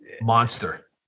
monster